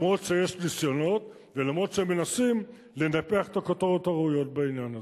גם אם יש ניסיונות וגם אם הם מנסים לנפח את הכותרות הראויות בעניין זאת.